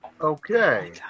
Okay